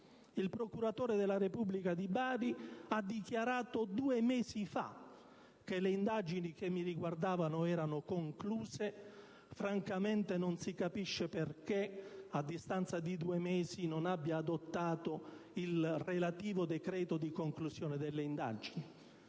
Il procuratore della Repubblica di Bari ha dichiarato due mesi fa che le indagini che mi riguardavano erano concluse, quindi francamente non si capisce per quale motivo, a distanza di due mesi, egli non abbia ancora adottato il relativo decreto di conclusione delle indagini,